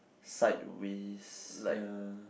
sideways ya